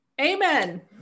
Amen